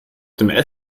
dem